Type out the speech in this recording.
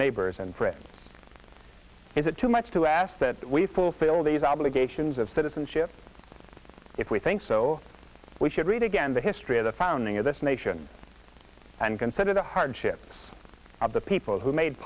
neighbors and friends is it too much to ask that we fulfill these obligations of citizenship if we think so we should read again the history of the founding of this nation and consider the hardships of the people who made